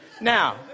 Now